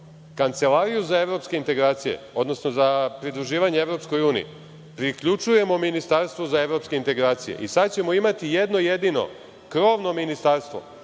Kancelariju za evropske integracije, odnosno za pridruživanje EU, priključujemo ministarstvu za evropske integracije i sad ćemo imati jedno jedino, krovno, ministarstvo